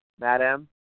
Madam